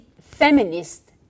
feminist